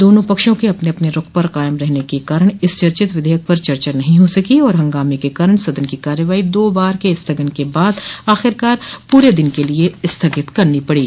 दोनों पक्षों के अपने अपने रूख पर कायम रहने के कारण इस चर्चित विधेयक पर चर्चा नहीं हो सकी और हंगामे के कारण सदन की कार्यवाही दो बार के स्थगन के बाद आख़िकार पूरे दिन के लिये स्थगित करनी पड़ी